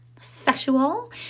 sexual